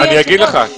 אני אגיד לך.